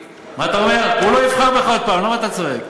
הוא לא יבחר בך עוד הפעם, למה אתה צועק?